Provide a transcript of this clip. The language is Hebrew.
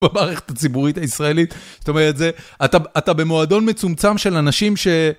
במערכת הציבורית הישראלית. זאת אומרת, אתה במועדון מצומצם של אנשים ש...